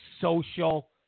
social